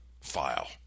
file